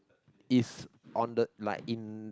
it's on the like in